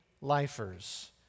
Lifers